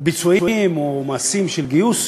ביצועים או מעשים של גיוס,